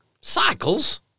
Cycles